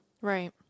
Right